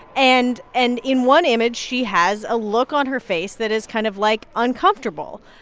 and and in one image, she has a look on her face that is kind of, like, uncomfortable